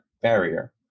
barrier